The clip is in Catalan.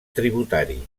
tributari